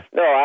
no